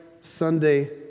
Sunday